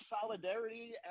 solidarity